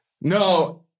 No